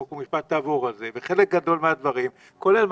חוק ומשפט תעבור עליהם וחלק גדול מן הדברים יתוקן,